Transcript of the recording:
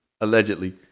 Allegedly